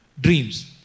dreams